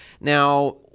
Now